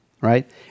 right